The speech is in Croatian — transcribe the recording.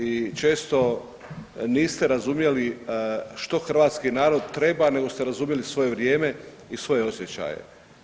I često niste razumjeli što hrvatski narod treba nego ste razumjeli svoje vrijeme i svoje osjećaje.